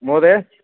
महोदय